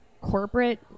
corporate